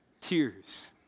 Tears